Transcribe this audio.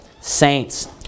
saints